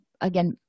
again